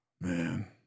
Man